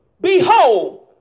Behold